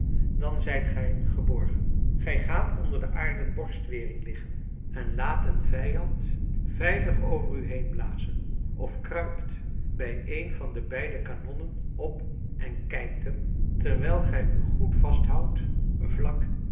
dan zijt gij geborgen gij gaat onder de aarden borstwering liggen en laat den vijand veilig over u heen blazen of kruipt bij een van de beide kanonnen op en kijkt hem terwijl gij u goed vasthoudt vlak